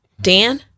Dan